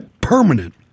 permanent